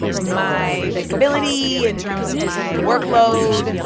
my visibility, in terms of my workload. and